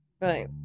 Right